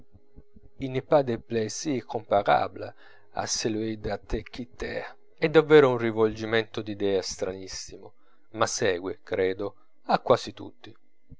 pas de plaisir comparable a celui de te quitter è davvero un rivolgimento d'idee stranissimo ma segue credo a quasi tutti